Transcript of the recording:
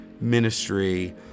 ministry